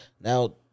now